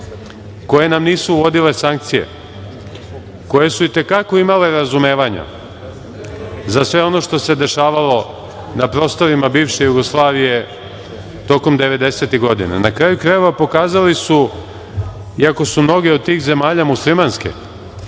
koje nam nisu uvodile sankcije, koje su i te kako imale razumevanja za sve ono što se dešavalo na prostorima bivše Jugoslavije tokom devedesetih godina. Na kraju krajeva, pokazali su, iako su mnoge od tih zemalja muslimanske,